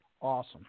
Awesome